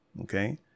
okay